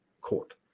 court